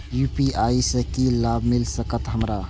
UPI से की लाभ मिल सकत हमरा?